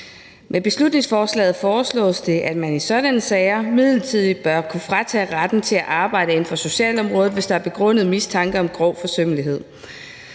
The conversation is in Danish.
Med beslutningsforslaget foreslås det, at man i sådanne sager midlertidigt bør kunne fratage retten til at arbejde inden for socialområdet, hvis der er en begrundet mistanke om grov forsømmelighed,